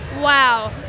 Wow